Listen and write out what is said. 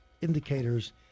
indicators